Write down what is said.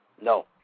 No